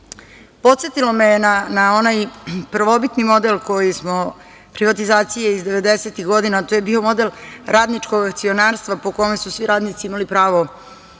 rešenje. Podsetilo me je na onaj prvobitni model privatizacije iz devedesetih godina, a to je bio model radničkog akcionarstva po kome su svi radnici imali pravo